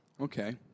Okay